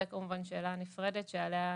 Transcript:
זו כמובן שאלה נפרדת שעליה